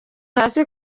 hasi